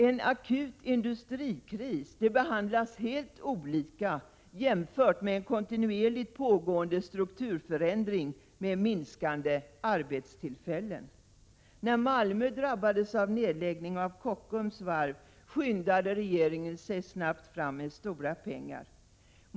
En akut industrikris behandlas på ett helt annat sätt än en kontinuerligt pågående strukturförändring som leder till färre arbetstillfällen. När Malmö drabbades av nedläggning av Kockums varv skyndade sig regeringen att ta fram stora pengar.